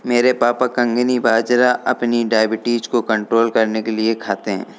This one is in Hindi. मेरे पापा कंगनी बाजरा अपनी डायबिटीज को कंट्रोल करने के लिए खाते हैं